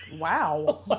wow